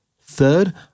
Third